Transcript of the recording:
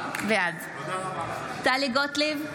בעד טלי גוטליב,